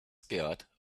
scared